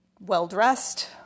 well-dressed